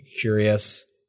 curious